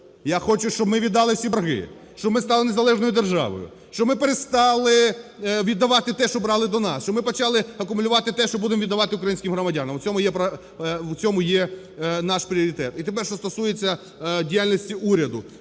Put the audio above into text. Я хочу, щоб ми віддали всі борги, щоб ми стали незалежною державою, щоб ми перестали віддавати те, що брали до нас, щоб ми почали акумулювати те, що будемо віддавати українським громадянам, у цьому є наш пріоритет. І тепер, що стосується діяльності уряду.